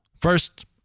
First